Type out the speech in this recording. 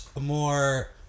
more